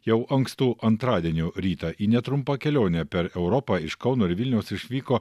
jau ankstų antradienio rytą į netrumpą kelionę per europą iš kauno ir vilniaus išvyko